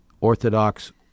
orthodox